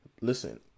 Listen